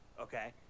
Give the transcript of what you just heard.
Okay